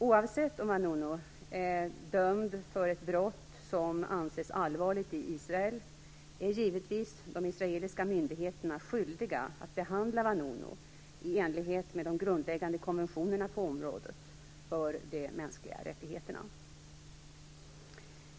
Oavsett om Vanunu är dömd för ett brott som anses allvarligt i Israel är givetvis de israeliska myndigheterna skyldiga att behandla Vanunu i enlighet med de grundläggande konventionerna på området för de mänskliga rättigheterna.